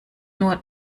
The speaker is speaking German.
nur